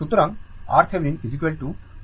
সুতরাং RThevenin 1 দ্বারা 4 kilo Ω